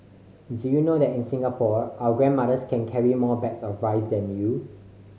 do you know that in Singapore our grandmothers can carry more bags of rice than you